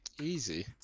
Easy